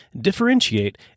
differentiate